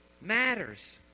matters